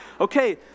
Okay